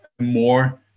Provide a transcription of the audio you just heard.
more